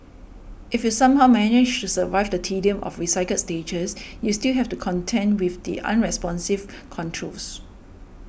if you somehow manage to survive the tedium of recycled stages you still have to contend with the unresponsive controls